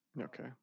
Okay